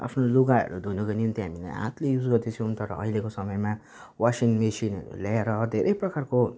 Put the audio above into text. आफ्नो लुगाहरू धुनको निम्ति हामीले हातले युज गर्दैछौँ तर अहिलेको समयमा वासिङ मसिनहरू ल्याएर धेरै प्रकारको